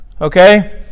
okay